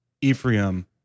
Ephraim